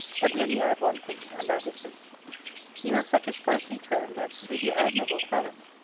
but let me add one thing and that is this you have such a sprightly turn, that, with your admirable talents,